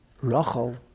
Rachel